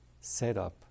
setup